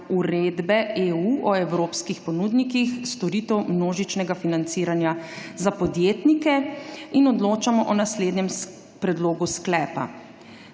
Uredbe EU o evropskih ponudnikih storitev množičnega financiranja za podjetnike. Odločamo o naslednjem predlogu sklepa: